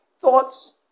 thoughts